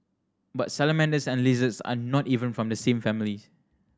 but salamanders and lizards are not even from the same families